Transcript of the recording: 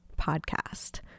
podcast